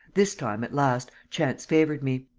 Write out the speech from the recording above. this time, at last, chance favoured me.